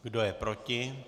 Kdo je proti?